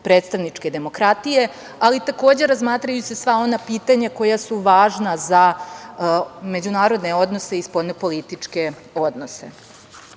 predstavničke demokratije, ali takođe razmatrajući sva ona pitanja koja su važna za u međunarodne odnose i spoljne političke odnose. Kao